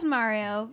Mario